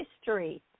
history